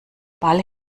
ball